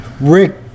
Rick